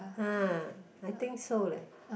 uh I think so leh